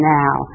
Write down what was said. now